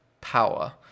power